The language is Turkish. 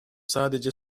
sadece